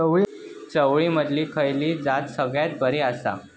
चवळीमधली खयली जात सगळ्यात बरी आसा?